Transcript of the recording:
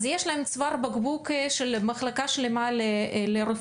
אז יש להם צוואר בקבוק של מחלקה שלמה לרפואה,